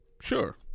Sure